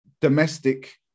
domestic